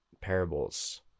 parables